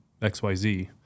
XYZ